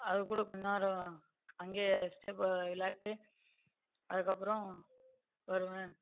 அதுக்கூட கொஞ்சம் நேரம் அங்கேயே ஸ்டே விளையாடிவிட்டு அதுக்கு அப்புறம் வருவேன்